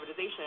privatization